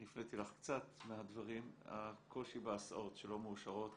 אני הפניתי לך קצת מהדברים - הקושי בהסעות שלא מאושרות